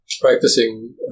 practicing